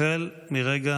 החל מרגע